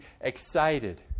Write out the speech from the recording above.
excited